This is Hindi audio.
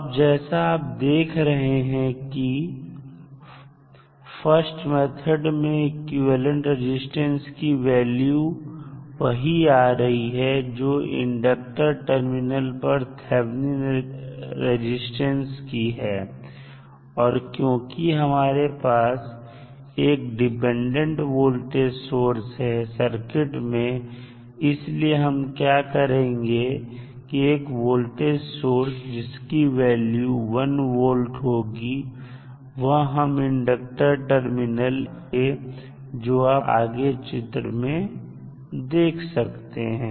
अब जैसा आप देख रहे हैं की फर्स्ट मेथड में इक्विवेलेंट रेजिस्टेंस की वैल्यू वहीं आ रही है जो इंडक्टर टर्मिनल पर थैबनिन रजिस्टेंस की है और क्योंकि हमारे पास एक डिपेंडेंट वोल्टेज सोर्स है सर्किट में इसलिए हम क्या करेंगे कि एक वोल्टेज सोर्स जिसकी वैल्यू 1 volt होगी वह हम इंडक्टर टर्मिनल ab पर लगा देंगे जो आप आगे चित्र में देख सकते हैं